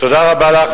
תודה רבה לךְ,